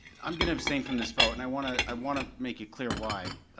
i'm gonna abstain from this vote, and i wanna i wanna make it clear why.